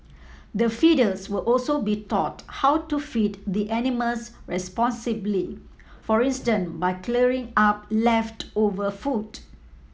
the feeders will also be taught how to feed the animals responsibly for instance by clearing up leftover food